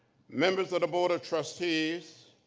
members of the board of trustees,